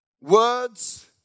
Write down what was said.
Words